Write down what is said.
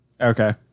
Okay